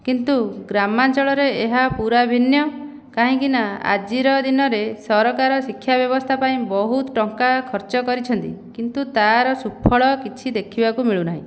କିନ୍ତୁ ଗ୍ରାମାଞ୍ଚଳରେ ଏହା ପୁରା ଭିନ୍ନ କାହିଁକି ନା ଆଜିର ଦିନରେ ସରକାର ଶିକ୍ଷାବ୍ୟବସ୍ଥା ପାଇଁ ବହୁତ ଟଙ୍କା ଖର୍ଚ୍ଚ କରିଛନ୍ତି କିନ୍ତୁ ତାର ସୁଫଳ କିଛି ଦେଖିବାକୁ ମିଳୁନାହିଁ